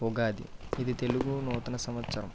ఉగాది ఇది తెలుగు నూతన సంవత్సరం